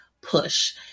push